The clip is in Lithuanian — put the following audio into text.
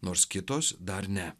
nors kitos dar ne